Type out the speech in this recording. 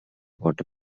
water